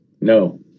No